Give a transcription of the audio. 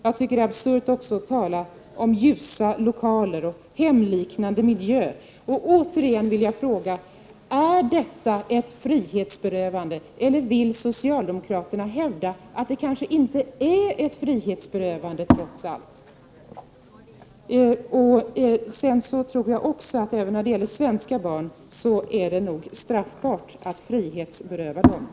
Det är också absurt att tala om ljusa lokaler och hemliknande miljö. Återigen vill jag fråga: Är detta ett frihetsberövande, eller vill socialdemokraterna hävda att det kanske inte är det trots allt? När det gäller svenska barn är det nog straffbart att beröva dem friheten.